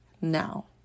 now